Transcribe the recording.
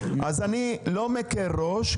אז אני לא מקל ראש,